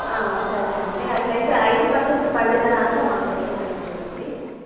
సరే అండి అట్లయితే ఐదు పర్సెంట్ పండిన దాంట్లో మాక వచ్చేటట్లా చూడండి